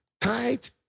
Tight